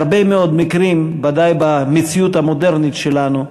בהרבה מאוד מקרים, ודאי במציאות המודרנית שלנו,